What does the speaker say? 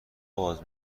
آغاز